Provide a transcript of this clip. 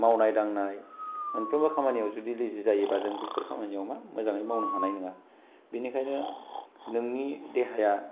मावनाय दांनाय मोनफ्रोमबो खामानिआव जुदि लेजि जायोबा जों बेफोर खामानियाव मा मोजाङै मावनो हानाय नङा बेनिखायनो नोंनि देहाया